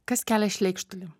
kas kelia šleikštulį